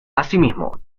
asimismo